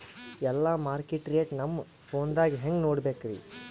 ಎಲ್ಲಾ market rate ನಮ್ ಫೋನದಾಗ ಹೆಂಗ ನೋಡಕೋಬೇಕ್ರಿ?